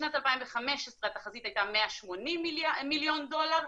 בשנת 2015 התחזית הייתה 180 מיליון דולר,